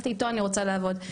איתו אני רוצה לעבוד.